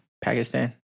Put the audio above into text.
Pakistan